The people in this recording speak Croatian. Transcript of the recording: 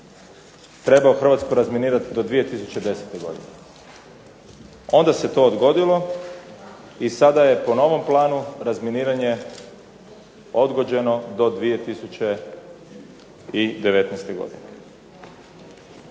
trebao Hrvatsku razminirati do 2010. godine, onda se to odgodilo i sada je po novom planu razminiranje odgođeno do 2019. godine.